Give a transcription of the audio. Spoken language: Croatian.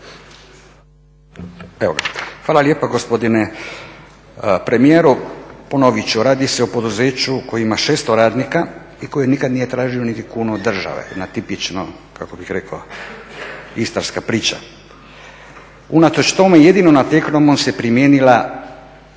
Hvala lijepa gospodine premijeru. Ponovit ću, radi se o poduzeću koji ima 600 radnika i koji nikad nije tražio niti kunu od države. Jedna tipično, kako bih rekao, istarska priča. Unatoč tome, jedino na Technomontu se primijenila